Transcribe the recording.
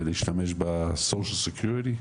ולהשתמש ב-social security,